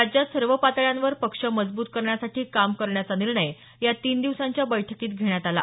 राज्यात सर्व पातळ्यांवर पक्ष मजबूत करण्यासाठी काम करण्याचा निर्णय या तीन दिवसांच्या बैठकीत घेण्यात आला